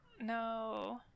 No